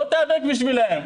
בוא תיאבק בשבילם.